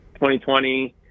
2020